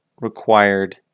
required